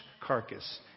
carcass